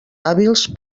hàbils